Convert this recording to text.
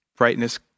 Brightness